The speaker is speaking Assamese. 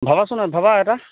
ভাবাচোন ভাবা এটা